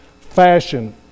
fashion